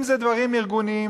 אם זה דברים ארגוניים,